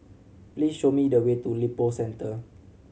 please show me the way to Lippo Centre